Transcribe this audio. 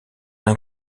d’un